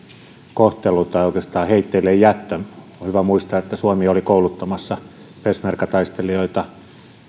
kohtelu tai oikeastaan heitteillejättö on hyvä muistaa että suomi oli kouluttamassa peshmerga taistelijoita